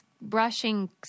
brushing